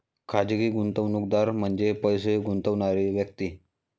खाजगी गुंतवणूकदार म्हणजे पैसे गुंतवणारी व्यक्ती